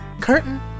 curtain